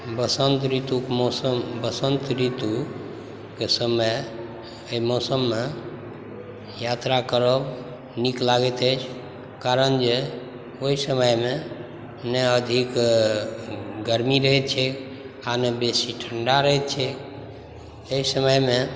बसन्त ऋतुके मौसम बसन्त ऋतुके समय एहि मौसममे यात्रा करब नीक लागैत अछि कारण जे ओहि समयमे नहि अधिक गरमी रहै छै आओर नहि बेसी ठण्डा रहै छै एहि समयमे